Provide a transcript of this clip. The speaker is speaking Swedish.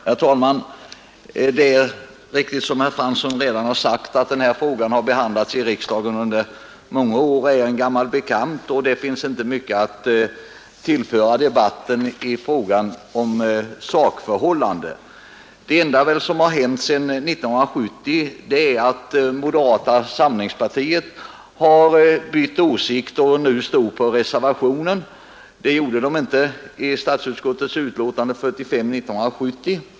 Herr talman! Det är riktigt, som herr Fransson redan har sagt, att denna fråga har behandlats i riksdagen under många år och är en gammal bekant. Det finns inte mycket i sak att tillföra debatten. Det enda som har hänt sedan år 1970 är att moderata samlingspartiet har bytt åsikt och nu står på reservationen, vilket partiet inte gjorde i statsutskottets utlåtande nr 45 år 1970.